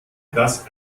das